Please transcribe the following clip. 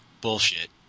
Bullshit